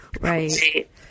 Right